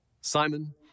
Simon